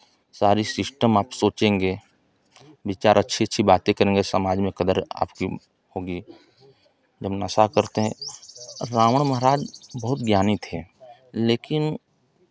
सारी सिस्टम आप सोचेंगे विचार अच्छी अच्छी बातें करेंगे समाज में कदर आपकी होगी जब नशा करते हैं रावण महाराज बहुत ज्ञानी थे